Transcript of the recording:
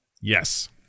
Yes